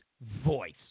voice